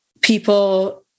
people